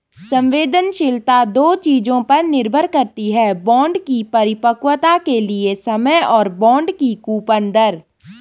संवेदनशीलता दो चीजों पर निर्भर करती है बॉन्ड की परिपक्वता के लिए समय और बॉन्ड की कूपन दर